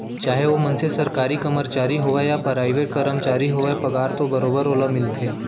चाहे ओ मनसे सरकारी कमरचारी होवय या पराइवेट करमचारी होवय पगार तो बरोबर ओला मिलथे